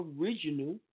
original